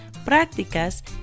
Prácticas